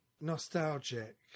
nostalgic